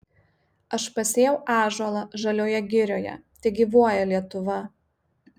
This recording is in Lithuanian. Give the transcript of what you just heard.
aš pasėjau ąžuolą žalioje girioje tegyvuoja lietuva